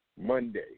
Monday